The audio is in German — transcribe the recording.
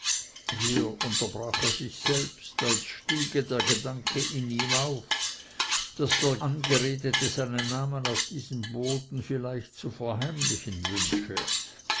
hier unterbrach er sich selbst als stiege der gedanke in ihm auf daß der angeredete seinen namen auf diesem boden vielleicht zu verheimlichen wünsche